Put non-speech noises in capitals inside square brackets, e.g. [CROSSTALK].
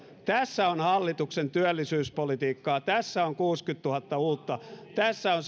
tässä on hallituksen työllisyyspolitiikkaa tässä on kuusikymmentätuhatta uutta tässä on [UNINTELLIGIBLE]